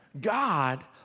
God